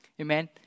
Amen